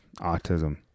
autism